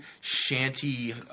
shanty